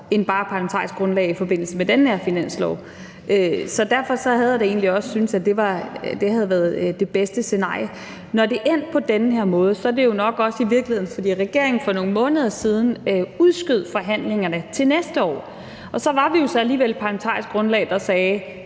end bare parlamentarisk grundlag i forbindelse med den her finanslov. Derfor havde jeg da egentlig også syntes, at det havde været det bedste scenarie. Når det er endt på den her måde, er det jo nok også i virkeligheden, fordi regeringen for nogle måneder siden udskød forhandlingerne til næste år. Og så var vi jo så alligevel et parlamentarisk grundlag, der sagde: